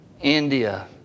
India